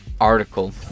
article